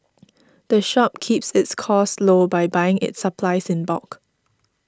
the shop keeps its costs low by buying its supplies in bulk